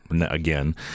again